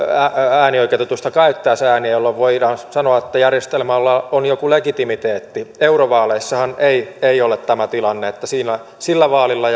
äänioikeutetuista käyttäisi ääntään jolloin voidaan sanoa että järjestelmällä on joku legitimiteetti eurovaaleissahan ei ei ole tämä tilanne sillä vaalilla